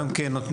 גם כאלה